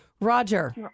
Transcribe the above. Roger